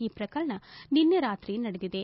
ಈ ಪ್ರಕರಣ ನಿನ್ನೆ ರಾತ್ರಿ ನಡೆದಿದೆ